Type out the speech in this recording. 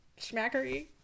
schmackery